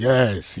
Yes